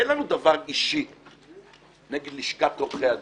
אין לנו דבר אישי נגד לשכת עורכי הדין,